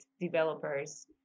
developers